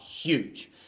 huge